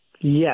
Yes